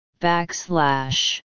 backslash